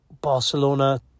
Barcelona